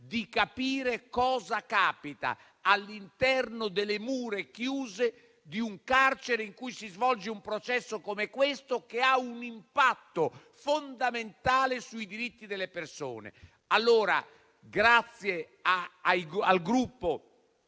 di capire che cosa capita all'interno delle mura chiuse di un carcere in cui si svolge un processo come quello di cui parliamo, che ha un impatto fondamentale sui diritti delle persone. Grazie dunque al Gruppo